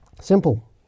Simple